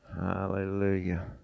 Hallelujah